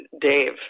Dave